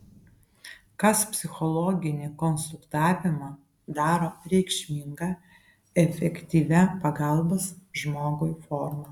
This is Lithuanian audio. kas psichologinį konsultavimą daro reikšminga efektyvia pagalbos žmogui forma